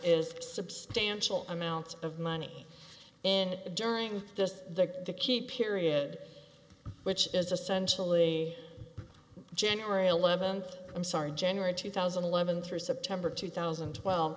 is substantial amounts of money and during this the key period which is essentially january eleventh i'm sorry january two thousand and eleven through september two thousand and twelve